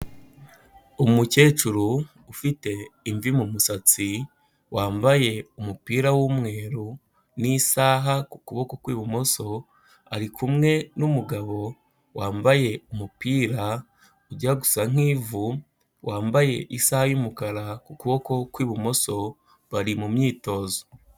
Umukecuru ufite imvi mu musatsi, wambaye umupira w'umweru n'isaha ku kuboko kw'ibumoso, ari kumwe n'umugabo wambaye umupira ujya gusa nk'ivu, wambaye isaha y'umukara ku kuboko kw'ibumoso, bari mu myitozo.